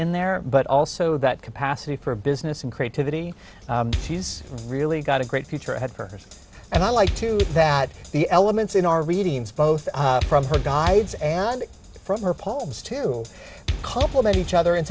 in there but also that capacity for business and creativity she's really got a great future ahead of her and i like to that the elements in our readings both from her guides and from her palms to compliment each other in